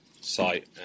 site